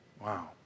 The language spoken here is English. Wow